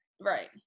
Right